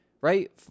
right